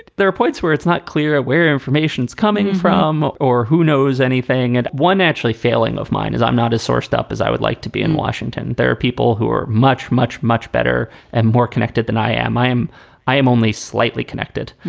there are points where it's not clear ah where information is coming from or who knows anything. and one actually failing of mine is i'm not a sauced up as i would like to be in washington. there are people who are much, much, much better and more connected than i am. i am i am only slightly connected.